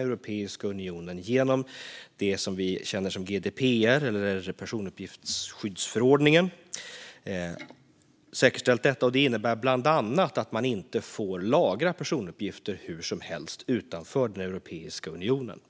Europeiska unionen har genom det som vi känner som GDPR eller personuppgiftsskyddsförordningen säkerställt detta. Det innebär bland annat att man inte får lagra personuppgifter hur som helst utanför Europeiska unionen.